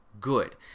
good